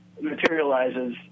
Materializes